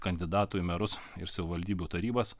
kandidatų į merus ir savivaldybių tarybas